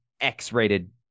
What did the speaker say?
X-rated